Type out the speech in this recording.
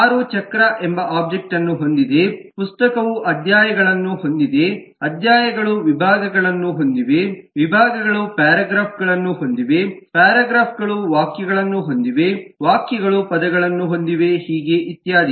car ಚಕ್ರ ಎಂಬ object ಅನ್ನು ಹೊಂದಿದೆ ಪುಸ್ತಕವು ಅಧ್ಯಾಯಗಳನ್ನು ಹೊಂದಿದೆ ಅಧ್ಯಾಯಗಳು ವಿಭಾಗಗಳನ್ನು ಹೊಂದಿವೆ ವಿಭಾಗಗಳು ಪ್ಯಾರಾಗ್ರಾಫ್ಗಳನ್ನು ಹೊಂದಿವೆ ಪ್ಯಾರಾಗ್ರಾಫ್ಗಳು ವಾಕ್ಯಗಳನ್ನು ಹೊಂದಿವೆ ವಾಕ್ಯಗಳು ಪದಗಳನ್ನು ಹೊಂದಿವೆ ಹೀಗೆ ಇತ್ಯಾದಿ